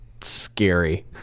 scary